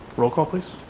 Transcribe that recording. roll call please.